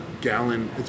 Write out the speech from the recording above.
gallon